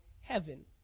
heaven